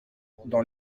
dans